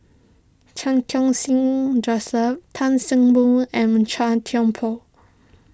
Chan Khun Sing Joseph Tan See Boo and Chua Thian Poh